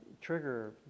trigger